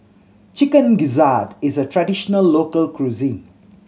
Chicken Gizzard is a traditional local cuisine